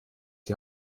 die